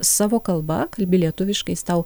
savo kalba kalbi lietuviškai jis tau